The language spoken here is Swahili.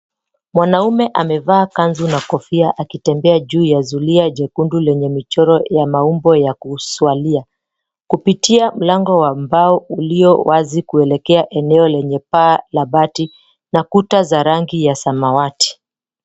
Mwanaume amevaa kanzu na kofia akitembea juu ya zulia jekundu lenye michoro ya maumbo ya kuswalia. Kupitia mlango wa mbao ulio wazi kuelekea eneo lenye paa la bati na kuta za rangi ya samawati.